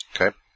okay